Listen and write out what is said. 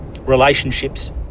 relationships